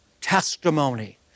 testimony